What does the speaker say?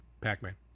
pac-man